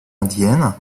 indienne